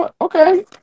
okay